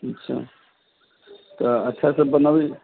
अच्छा त बनबै